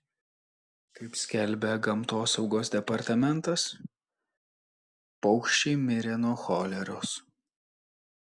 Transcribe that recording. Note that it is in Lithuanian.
kaip skelbia gamtosaugos departamentas paukščiai mirė nuo choleros